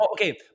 okay